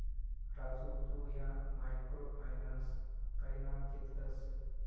राजू तु ह्या micro finance खयना घेतलस?